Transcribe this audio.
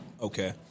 Okay